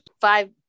five